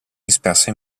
disperse